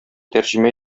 тәрҗемә